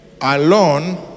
alone